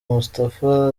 moustapha